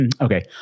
Okay